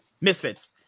Misfits